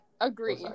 agree